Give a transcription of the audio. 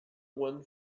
one